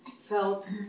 felt